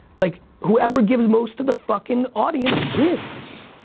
like whoever gives most to the fucking audience wins.